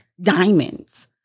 Diamonds